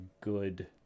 good